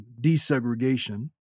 desegregation